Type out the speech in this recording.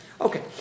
Okay